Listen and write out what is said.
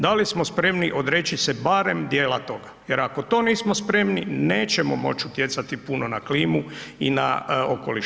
Da li smo spremni odreći se barem dijela toga, jer ako to nismo spremni, nećemo moć utjecati puno na klimu i na okoliš.